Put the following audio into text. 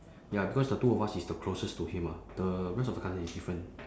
ya because the two of us is the closest to him ah the rest of the cousin is different